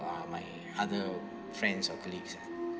uh my other friends or colleagues ah